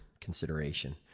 consideration